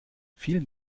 vielen